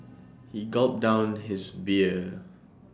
he gulped down his beer